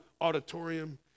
auditorium